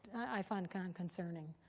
i find kind of concerning.